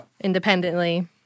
independently